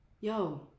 yo